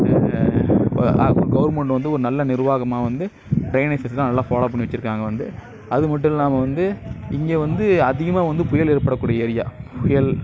government வந்து ஒரு நல்ல நிர்வாகமாக வந்து ட்ரைனேஜ் ஃபெசிலிட்டியெல்லாம் நல்லா ஃபாலோ பண்ணி வச்சுருக்காங்க வந்து அது மட்டும் இல்லாமல் வந்து இங்கே வந்து அதிகமாக வந்து புயல் ஏற்பட கூடிய ஏரியா புயல்